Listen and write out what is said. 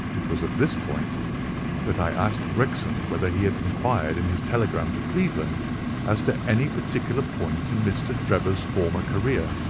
it was at this point that i asked gregson whether he had enquired in his telegram to cleveland as to any particular point in mr. drebber's former career.